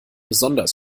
besonders